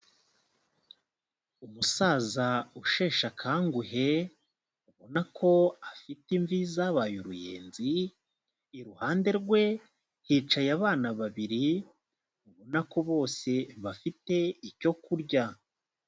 Umusaza usheshe akanguhe ubona ko afite imvi zabaye uruyenzi, iruhande rwe hicaye abana babiri ubona ko bose bafite icyo kurya.